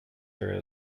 there